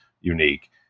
unique